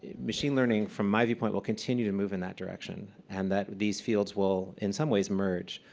machine learning, from my view point, will continue to move in that direction, and that these fields will, in some ways, merge.